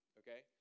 okay